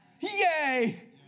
Yay